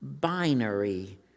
binary